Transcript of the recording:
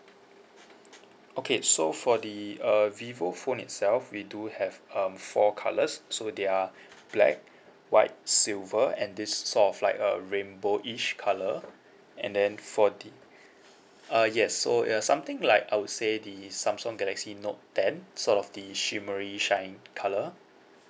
okay so for the uh vivo phone itself we do have um four colours so they are black white silver and this sort of like a rainbow-ish colour and then for the uh yes so ya something like I would say the samsung galaxy note ten sort of the shimmery shine colour